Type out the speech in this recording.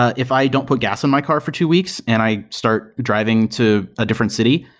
ah if i don't put gas in my car for two weeks and i start driving to a different city,